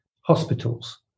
hospitals